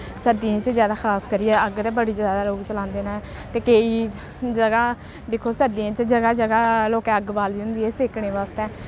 सर्दियें च जैदा खास करियै अग्ग ते बड़ी जैदा लोग जलांदे न ते केईं ज'गा दिक्खो सर्दियें च ज'गा ज'गा लोकें अग्ग बाली दी होंदी ऐ सेकनै बास्तै